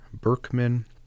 Berkman